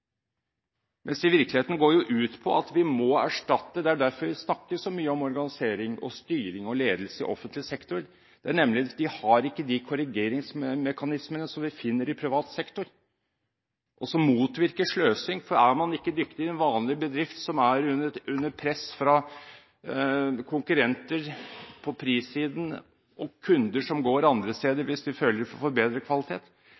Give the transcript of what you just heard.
at vi snakker så mye om organisering, styring og ledelse i offentlig sektor er at den ikke har de korrigeringsmekanismene som vi finner i privat sektor, og som motvirker sløsing. Er man ikke dyktig i en vanlig bedrift som er under press fra konkurrenter på prissiden og kunder som går andre steder hvis de føler de får bedre kvalitet,